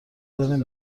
داریم